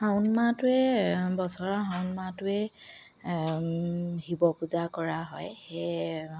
শাওণ মাহটোৱে বছৰৰ শাওণ মাহটোৱে শিৱ পূজা কৰা হয় সেয়ে